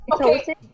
Okay